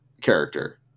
character